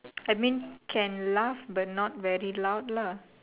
I mean can laugh but not very loud lah